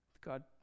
God